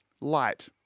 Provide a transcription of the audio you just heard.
light